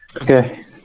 Okay